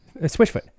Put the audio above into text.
Switchfoot